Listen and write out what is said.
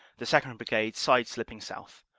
the second. brigade side-slipping south.